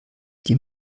die